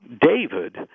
David